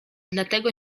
dlatego